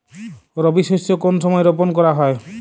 রবি শস্য কোন সময় রোপন করা যাবে?